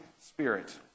spirit